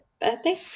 birthday